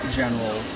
general